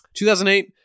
2008